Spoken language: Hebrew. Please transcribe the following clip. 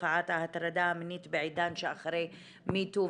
תופעת ההטרדה המינית בעידן שאחרי Me too.